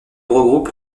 regroupe